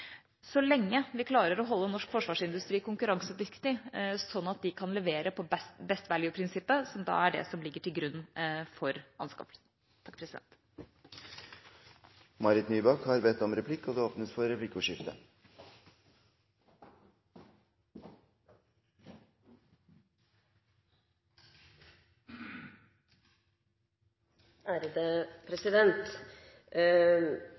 så lenge vi klarer å holde norsk forsvarsindustri konkurransedyktig, sånn at de kan levere på «best value»-prinsippet, som er det som ligger til grunn for anskaffelser. Det åpnes for